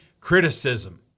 criticism